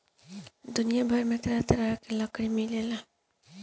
दुनिया भर में तरह तरह के लकड़ी मिलेला